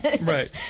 Right